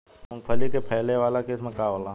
मूँगफली के फैले वाला किस्म का होला?